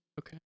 okay